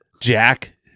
Jack